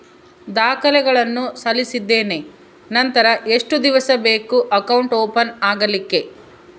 ದಾಖಲೆಗಳನ್ನು ಸಲ್ಲಿಸಿದ್ದೇನೆ ನಂತರ ಎಷ್ಟು ದಿವಸ ಬೇಕು ಅಕೌಂಟ್ ಓಪನ್ ಆಗಲಿಕ್ಕೆ?